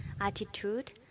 attitude